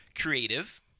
creative